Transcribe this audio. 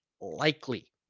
likely